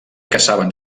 caçaven